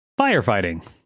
Firefighting